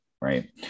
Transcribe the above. right